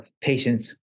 patients